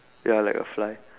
ya like a fly